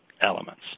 elements